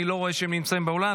אני לא רואה שהם נמצאים באולם,